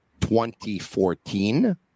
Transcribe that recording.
2014